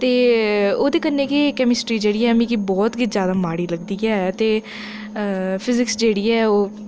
ते ओह्दे कन्नै गै कैमिस्ट्री जेह्ड़ी ऐ मिगी बहुत गै जैदा माड़ी लगदी ऐ ते फिजिक्स जेह्ड़ी ऐ ओह्